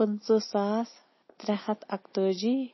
پٕنٛژٕ ساس ترٛےٚ ہَتھ اَکتٲجی